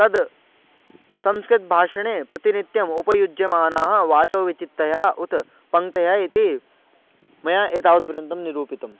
तद् संस्कृतभाषणे प्रतिनित्यम् उपयुज्यमानाः वाचो विचित्तयः उत पङ्क्तयः इति मया एतावत्पर्यन्तं निरूपितम्